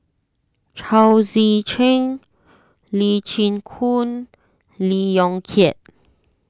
Chao Tzee Cheng Lee Chin Koon Lee Yong Kiat